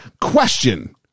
question